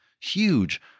huge